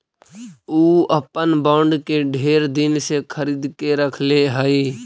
ऊ अपन बॉन्ड के ढेर दिन से खरीद के रखले हई